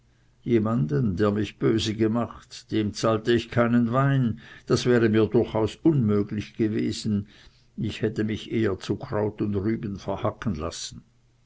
jemanden der mich böse gemacht dem zahlte ich keinen wein das wäre mir durchaus unmöglich gewesen ich hätte mich eher zu kraut und rüben verhacken lassen